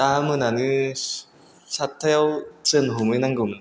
दा मोनानि सातथायाव ट्रेन हमहै नांगौमोन